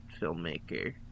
filmmaker